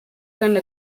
kandi